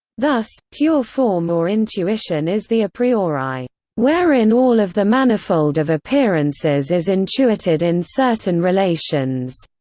thus, pure form or intuition is the a priori wherein all of the manifold of appearances is intuited in certain relations.